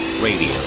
Radio